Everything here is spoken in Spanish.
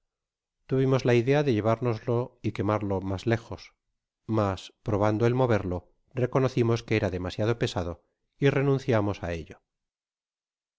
tuvimos la idea de llevárnoslo y quemarlo mas lejos mas probando el movero reconocimos que era demasiado pesado y renunciamos a ello